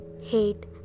hate